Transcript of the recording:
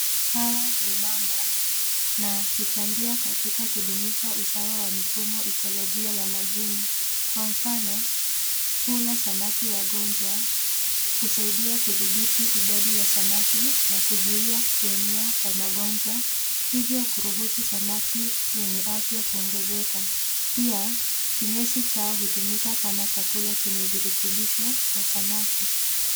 Hawa ni mamba na huchangia katika Kudhumisha usawa wa mfumo ekolojia ya maji kwa mfano hula samaki wagonjwa kusaidia kudhibithi idadi ya samaki na kuzuia kuenea kwa magonjwa hivyo kuruhusu samaki wenye afya kuongezeka pia kinyesi chao hutumika kama chakula Chenye virutubisho kwa samaki.